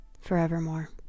Forevermore